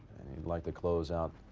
and he'd like to close out